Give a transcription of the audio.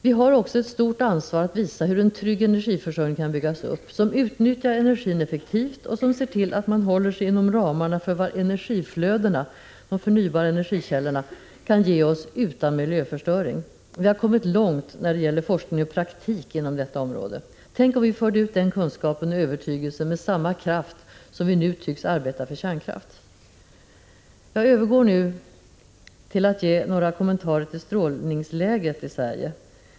Vi har också ett stort ansvar att visa hur en trygg energiförsörjning kan byggas upp, där energin utnyttjas effektivt och där man håller sig inom ramarna för vad energiflödena, de förnybara energikällorna, kan ge oss utan miljöförstöring. Vi har kommit långt när det gäller forskning och praktik inom detta område. Tänk om vi förde ut den kunskapen och övertygelsen med samma kraft som vi nu tycks arbeta för kärnkraft! Jag övergår nu till att ge några kommentarer till strålningsläget i Sverige.